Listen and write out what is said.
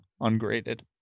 ungraded